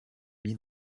mit